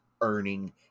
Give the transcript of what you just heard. earning